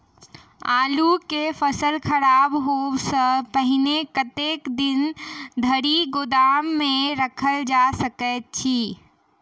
आलु केँ फसल खराब होब सऽ पहिने कतेक दिन धरि गोदाम मे राखल जा सकैत अछि?